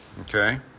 Okay